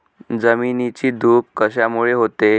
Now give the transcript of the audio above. जमिनीची धूप कशामुळे होते?